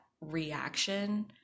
reaction